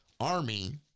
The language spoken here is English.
army